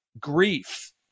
Grief